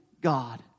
God